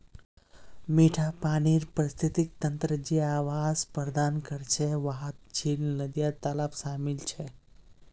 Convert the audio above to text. मिठा पानीर पारिस्थितिक तंत्र जे आवास प्रदान करछे वहात झील, नदिया, तालाब शामिल छे